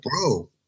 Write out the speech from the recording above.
bro